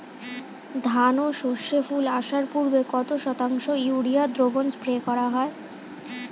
ধান ও সর্ষে ফুল আসার পূর্বে কত শতাংশ ইউরিয়া দ্রবণ স্প্রে করা হয়?